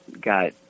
got